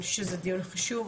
אני חושבת שזה דיון חשוב.